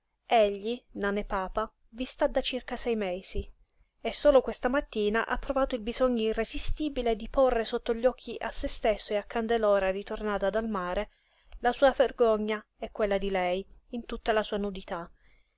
egli nane papa vi sta da circa sei mesi e solo questa mattina ha provato il bisogno irresistibile di porre sotto gli occhi a se stesso e a candelora ritornata dal mare la sua vergogna e quella di lei in tutta la sua nudità